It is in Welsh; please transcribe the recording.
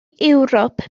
ewrop